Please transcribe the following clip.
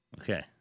Okay